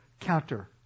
counter